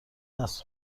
است